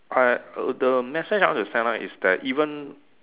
I the message I want to send out is that even